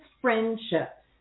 friendships